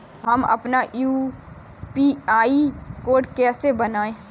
हम अपना UPI code कैसे बनाएँ?